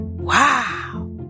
Wow